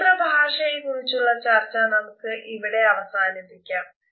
നേത്രഭാഷയെക്കുറിച്ചുള്ള ചർച്ച നമുക്ക് ഇവിടെ അവസാനിപ്പിക്കാം